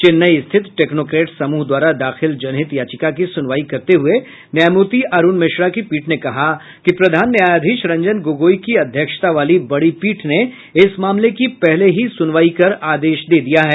चेन्नई स्थित टेक्नॉक्रेट समूह द्वारा दाखिल जनहित याचिका की सुनवाई करते हुए न्यायमूर्ति अरूण मिश्रा की पीठ ने कहा कि प्रधान न्यायाधीश रंजन गोगोई की अध्यक्षता वाली बड़ी पीठ ने इस मामले की पहले ही सुनवाई कर आदेश दे दिया है